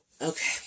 Okay